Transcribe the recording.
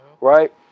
Right